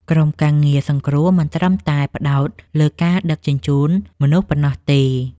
ក្រុមការងារសង្គ្រោះមិនត្រឹមតែផ្ដោតលើការដឹកជញ្ជូនមនុស្សប៉ុណ្ណោះទេ។